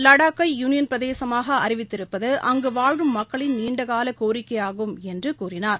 லடாக்கை union பிரதேசமாக அறிவித்திருப்பது அங்கு வாழும் மக்களின் நீண்டகால கோரிக்கையாகும் என்று கூறினார்